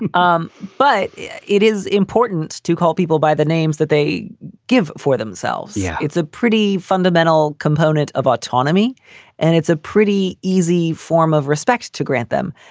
and um but yeah it is important to call people by the names that they give for themselves. yeah, it's a pretty fundamental component of autonomy and it's a pretty easy form of respect to grant them.